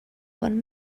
bon